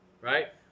right